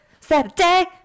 Saturday